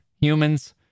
humans